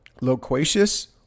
loquacious